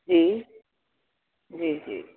जी जी जी